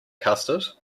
custard